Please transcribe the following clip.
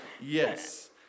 Yes